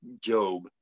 Job